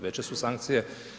Veće su sankcije.